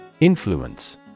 Influence